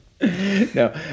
No